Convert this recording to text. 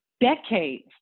decades